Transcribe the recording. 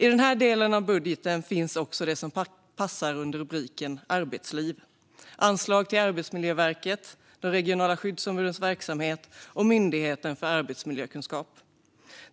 I denna del av budgeten finns också det som handlar om arbetslivet: anslagen till Arbetsmiljöverket, de regionala skyddsombudens verksamhet och Myndigheten för arbetsmiljökunskap.